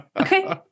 Okay